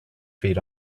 feet